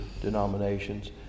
denominations